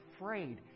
afraid